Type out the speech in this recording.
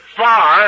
far